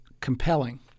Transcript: compelling